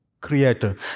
creator